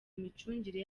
micungire